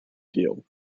deal